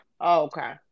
Okay